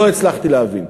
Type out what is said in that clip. לא הצלחתי להבין.